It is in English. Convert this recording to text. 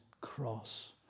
cross